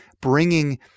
bringing